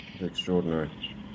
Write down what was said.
Extraordinary